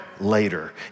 later